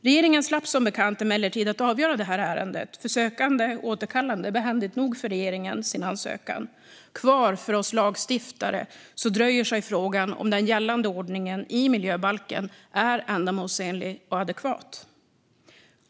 Regeringen slapp som bekant emellertid att avgöra detta ärende, för sökanden återkallade, behändigt nog för regeringen, sin ansökan. Kvar för oss lagstiftare dröjer sig frågan om den gällande ordningen i miljöbalken är ändamålsenlig och adekvat.